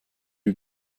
you